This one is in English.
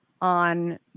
on